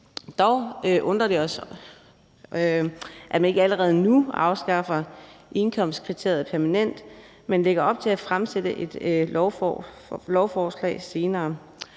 Dog undrer det os, at man ikke allerede nu afskaffer indkomstkriteriet permanent, men at man lægger op til at fremsætte et lovforslag senere,